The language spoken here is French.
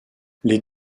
les